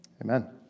Amen